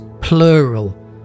plural